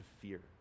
fear